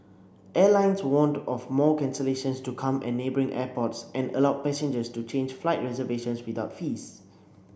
airlines warned of more cancellations to come at neighbouring airports and allowed passengers to change flight reservations without fees